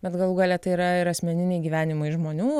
bet galų gale tai yra ir asmeniniai gyvenimai žmonių